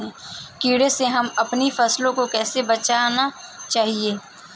कीड़े से हमें अपनी फसल को कैसे बचाना चाहिए?